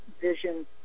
vision